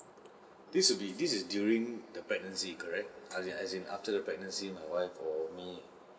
this will be this is during the pregnancy correct err as in after the pregnancy my wife or me